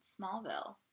Smallville